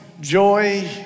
joy